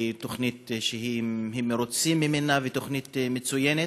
היא תוכנית שהם מרוצים ממנה, תוכנית מצוינת,